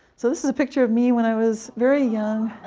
so this is a picture of me when i was very young,